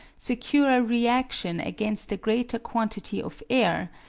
secure a reaction against a greater quantity of air,